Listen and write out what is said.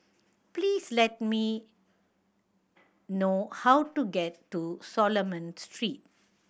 please let me know how to get to Solomon Street